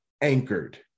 anchored